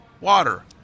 water